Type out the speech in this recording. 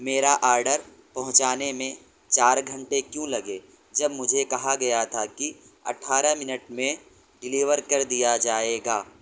میرا آرڈر پہنچانے میں چار گھنٹے کیوں لگے جب مجھے کہا گیا تھا کہ اٹھارہ منٹ میں ڈیلیور کر دیا جائے گا